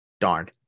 Darn